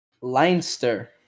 Leinster